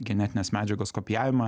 genetinės medžiagos kopijavimą